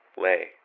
Lay